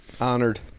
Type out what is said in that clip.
Honored